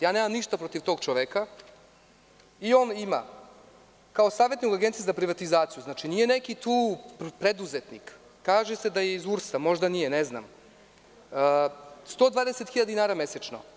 Ja nemam ništa protiv tog čoveka, ali, on ima kao savetnik u Agenciji za privatizaciju, znači, nije neki preduzetnik, kaže se da je iz URS-a, možda nije, ne znam, 120 hiljada dinara mesečno.